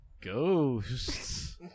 Ghosts